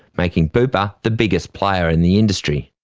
making bupa the biggest player in the industry.